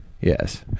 Yes